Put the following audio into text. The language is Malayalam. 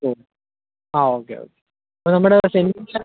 തോന്നി ആ ഓക്കെ ഓക്കെ ആ നമ്മുടെ സെൻറ്റിന്